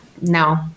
no